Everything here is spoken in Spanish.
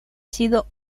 sido